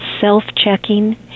self-checking